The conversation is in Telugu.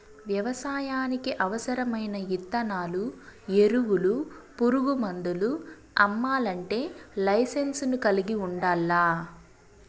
వ్యవసాయానికి అవసరమైన ఇత్తనాలు, ఎరువులు, పురుగు మందులు అమ్మల్లంటే లైసెన్సును కలిగి ఉండల్లా